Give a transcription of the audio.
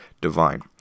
divine